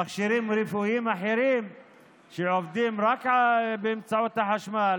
למכשירים רפואיים אחרים שעובדים רק באמצעות החשמל,